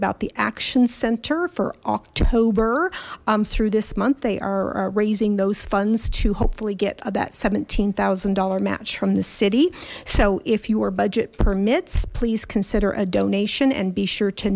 about the action center for all to hoover through this month they are raising those funds to hopefully get about seventeen thousand dollars match from the city so if your budget permits please consider a donation and be sure to